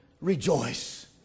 Rejoice